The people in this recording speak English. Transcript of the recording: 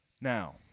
Now